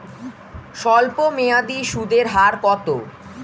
স্বল্পমেয়াদী সুদের হার কত?